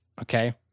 okay